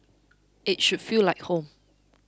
it should feel like home